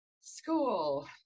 school